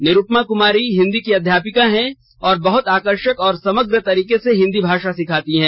निरुपमा कुमारी हिंदी की अध्यापिका हैं और बहुत आकर्षक और समग्र तरीके से हिंदी भाषा सिखाती हैं